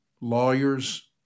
lawyers